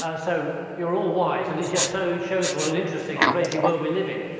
ah so you're all wise, and it just so shows what an interesting and crazy world we live in.